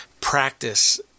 practice